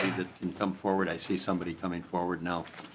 come forward i see somebody coming forward now.